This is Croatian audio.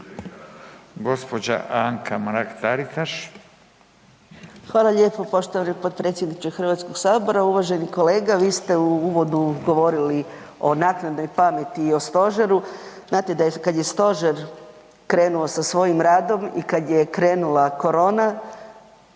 Hvala lijepo poštovani potpredsjedniče HS. Uvaženi kolega, vi ste u uvodu govorili o naknadnoj pameti i o stožeru. Znate da je, kad je stožer krenuo sa svojim radom i kad je krenula korona,